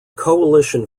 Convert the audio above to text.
coalition